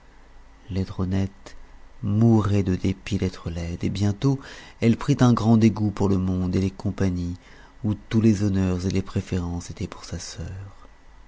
laidronette mourait de dépit d'être laide et bientôt elle prit un grand dégoût pour le monde et les compagnies où tous les honneurs et les préférences étaient pour sa sœur